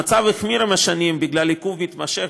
המצב החמיר עם השנים בגלל עיכוב מתמשך